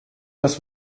das